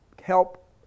help